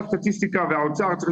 לאנשי הסטטיסטיקה והאוצר,